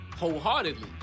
Wholeheartedly